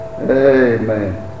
Amen